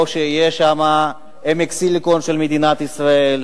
שיהיה שם עמק סיליקון של מדינת ישראל,